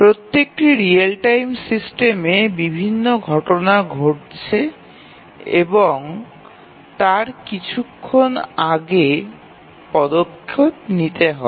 প্রত্যেকটি real time সিস্টেমে বিভিন্ন ঘটনা ঘটছে এবং ঘটনাটি ঘটার কিছুক্ষণ আগে পদক্ষেপ নিতে হবে